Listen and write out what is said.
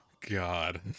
God